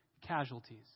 casualties